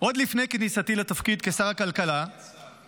עוד לפני כניסתי לתפקיד כשר הכלכלה --- אדוני השר,